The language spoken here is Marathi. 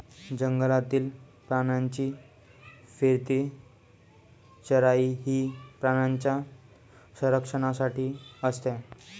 जंगलातील प्राण्यांची फिरती चराई ही प्राण्यांच्या संरक्षणासाठी असते